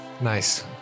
Nice